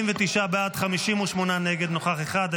49 בעד, 58 נגד, נוכח אחד.